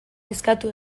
eskatu